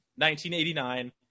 1989